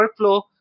workflow